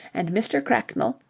and mr. cracknell,